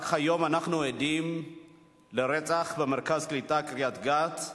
רק היום אנחנו עדים לרצח במרכז הקליטה קריית-גת,